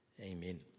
Amen